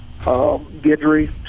Gidry